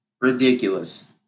ridiculous